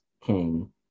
king